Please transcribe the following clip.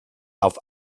auf